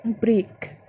break